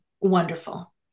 wonderful